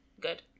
good